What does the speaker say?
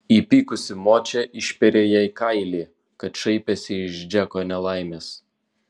įpykusi močia išpėrė jai kailį kad šaipėsi iš džeko nelaimės